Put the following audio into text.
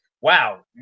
Wow